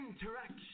interaction